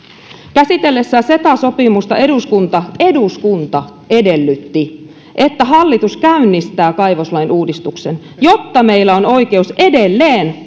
käsitellessään ceta sopimusta eduskunta eduskunta edellytti että hallitus käynnistää kaivoslain uudistuksen jotta meillä on oikeus edelleen